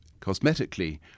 cosmetically